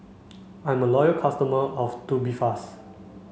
I'm a loyal customer of Tubifast